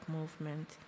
Movement